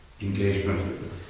engagement